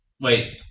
Wait